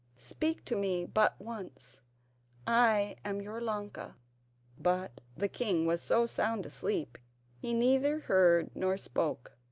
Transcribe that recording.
speak to me but once i am your ilonka but the king was so sound asleep he neither heard nor spoke,